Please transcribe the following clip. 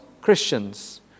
Christians